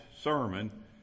sermon